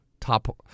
top